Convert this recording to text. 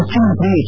ಮುಖ್ಯಮಂತ್ರಿ ಎಚ್